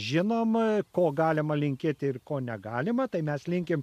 žinom ko galima linkėti ir ko negalima tai mes linkim